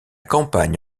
campagne